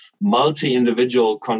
multi-individual